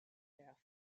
death